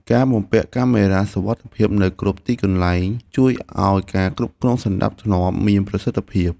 ការបំពាក់កាមេរ៉ាសុវត្ថិភាពនៅគ្រប់ទីកន្លែងជួយឱ្យការគ្រប់គ្រងសណ្តាប់ធ្នាប់មានប្រសិទ្ធភាព។